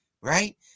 right